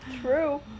True